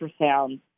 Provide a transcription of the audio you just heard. ultrasound